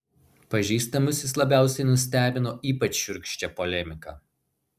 pažįstamus jis labiausiai nustebino ypač šiurkščia polemika